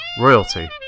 Royalty